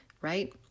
right